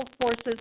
forces